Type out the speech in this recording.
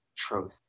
truth